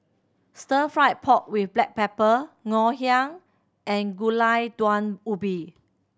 Stir Fried Pork With Black Pepper Ngoh Hiang and Gulai Daun Ubi